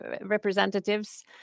representatives